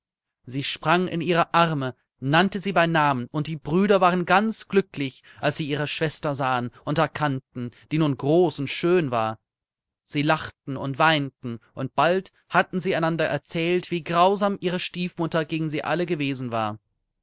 sie sprang in ihre arme nannte sie bei namen und die brüder waren ganz glücklich als sie ihre schwester sahen und erkannten die nun groß und schön war sie lachten und weinten und bald hatten sie einander erzählt wie grausam ihre stiefmutter gegen sie alle gewesen war